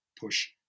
push